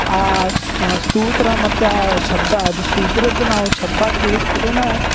ಆ ಶ್ ಆ ಸ್ತೂತ್ರ ಮತ್ತು ಆ ಶಬ್ಧ ಅದು ಸೂತ್ರದ ನಾವು ಶಬ್ಧ ಕೇಳಿದ್ಕೂಳೇನೇ